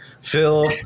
Phil